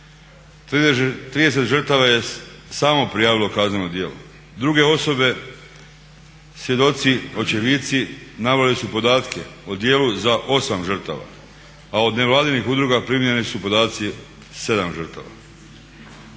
30 žrtava je samo prijavilo kazneno djelo. Druge osobe svjedoci, očevidci naveli su podatke o djelu za 8 žrtava, a od nevladinih udruga primljeni su podaci 7 žrtava.